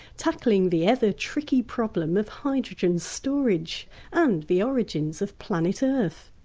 tackling the ever tricky problem of hydrogen storage and the origins of planet earth.